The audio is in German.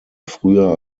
früher